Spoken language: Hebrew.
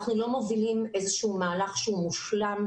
שאנחנו לא מובילים איזשהו מהלך שהוא מושלם,